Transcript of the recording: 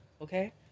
Okay